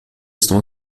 estão